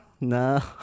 No